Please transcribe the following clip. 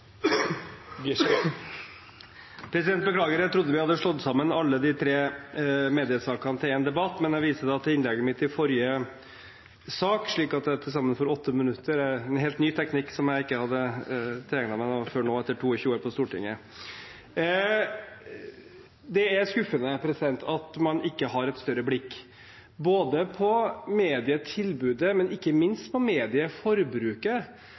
beklager, jeg trodde vi hadde slått sammen alle de tre mediesakene til én debatt, men jeg viser da til innlegget mitt i forrige sak, slik at jeg til sammen får åtte minutter – en helt ny teknikk som jeg ikke hadde tilegnet meg før nå, etter 22 år på Stortinget. Det er skuffende at man ikke har et større blikk både på medietilbudet og ikke minst på medieforbruket,